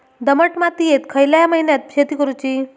दमट मातयेत खयल्या महिन्यात शेती करुची?